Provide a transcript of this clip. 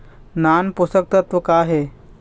नान पोषकतत्व का हे?